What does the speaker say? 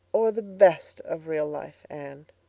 or the best. of real life, anne.